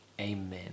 amen